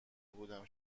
بودم